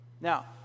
Now